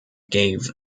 gave